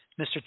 Mr